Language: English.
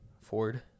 ford